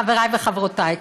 חבריי וחברותיי,